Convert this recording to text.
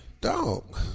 Dog